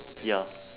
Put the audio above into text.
ya